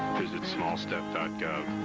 visit smallstep gov.